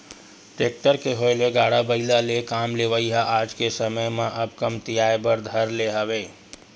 tractor के होय ले गाड़ा बइला ले काम लेवई ह आज के समे म अब कमतियाये बर धर ले हवय